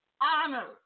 honor